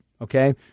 Okay